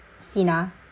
cena